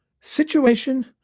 situation